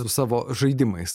savo žaidimais